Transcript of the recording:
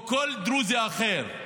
או כל דרוזי אחר,